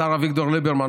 השר אביגדור ליברמן,